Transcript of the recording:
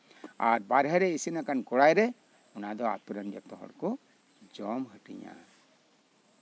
ᱟᱨ ᱵᱟᱦᱨᱮ ᱨᱮ ᱤᱥᱤᱱ ᱟᱠᱟᱱ ᱠᱚᱲᱟᱭᱨᱮ ᱚᱱᱟ ᱫᱚ ᱟᱛᱳ ᱨᱮᱱ ᱡᱚᱛᱚ ᱦᱚᱲ ᱠᱚ ᱡᱚᱢ ᱦᱟᱹᱴᱤᱧᱟ